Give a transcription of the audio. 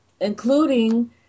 including